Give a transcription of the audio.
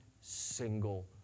single